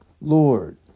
Lord